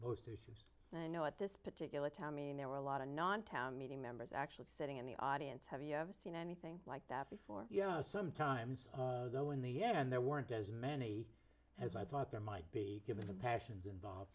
that i know at this particular time mean there were a lot of non town meeting members actually sitting in the audience have you ever seen anything like that before you know sometimes though in the end there weren't as many as i thought there might be given the passions